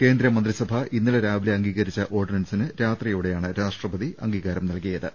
കേന്ദ്ര മന്ത്രിസഭ ഇന്നലെ രാവിലെ അംഗീകരിച്ച ഓർഡിനൻസിന് രാത്രിയോടെയാണ് രാഷ്ട്രപതി അംഗീകാരം നൽകിയത്